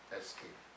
escape